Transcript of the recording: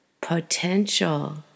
potential